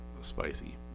spicy